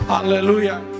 hallelujah